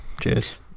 cheers